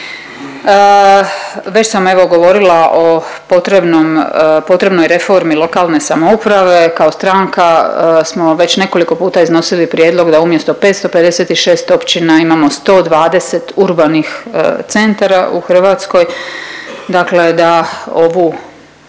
Već sam evo govorila o potrebnoj reformi lokalne samouprave. Kao stranka smo već nekoliko puta iznosili prijedlog da umjesto 556 općina imamo 120 urbanih centara u Hrvatskoj. Dakle, da ovu